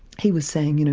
he was saying, you know,